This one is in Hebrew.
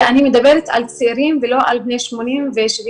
אני מדברת על צעירים ולא על בני 80 ו-75,